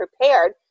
prepared